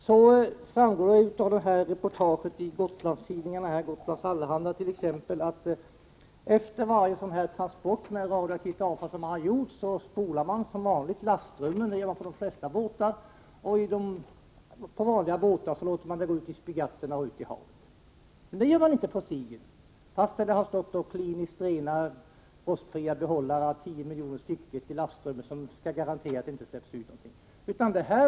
Som framgår av reportaget i Gotlandstidningarna, exempelvis Gotlands Allehanda, spolar man efter varje sådan här transport med radioaktivt avfall lastrummet; det gör man på de flesta båtar. På vanliga båtar låter man vattnet gå via fartygets spygatt ut i havet. Men så gör man inte på Sigyn, fastän kärnavfallet har stått i kliniskt renade rostfria behållare å 10 miljoner per styck, som skall garantera att det inte släpps ut någonting.